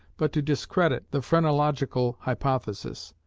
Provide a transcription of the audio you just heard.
but to discredit, the phrenological hypothesis.